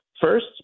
First